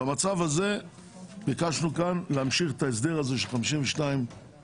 במצב הזה ביקשנו להמשיך את ההסדר הזה של 52 תשלומים.